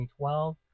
2012